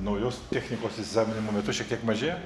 naujos technikos įsisavinimo metu šiek tiek mažėja